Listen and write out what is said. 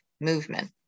movement